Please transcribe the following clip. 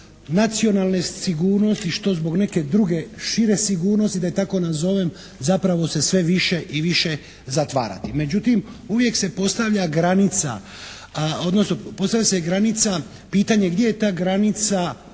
nacionalne sigurnosti što zbog neke druge šire sigurnosti da je tako nazovem, zapravo se sve više i više zatvarati. Međutim uvijek se postavlja granica, odnosno postavlja se granica, pitanje je gdje je ta granica